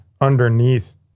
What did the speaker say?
underneath